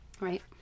Right